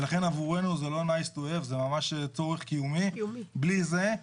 ולכן עבורנו זה צורך קיומי, בלי זה,